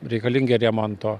reikalingi remonto